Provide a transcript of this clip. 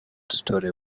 story